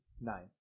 Nine